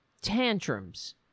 Tantrums